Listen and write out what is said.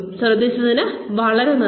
ശ്രദ്ധിച്ചതിന് വളരെ നന്ദി